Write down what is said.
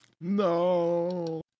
No